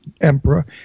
emperor